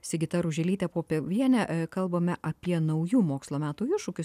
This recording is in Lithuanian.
sigita ruželyte popoviene kalbame apie naujų mokslo metų iššūkius